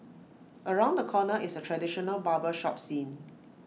around the corner is A traditional barber shop scene